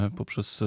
poprzez